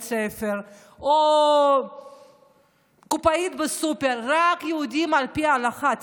בבית ספר או קופאית בסופר, רק יהודים על פי ההלכה.